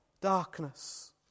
darkness